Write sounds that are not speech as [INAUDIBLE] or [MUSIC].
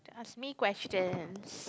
ask me questions [NOISE]